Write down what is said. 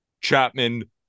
Chapman